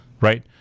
Right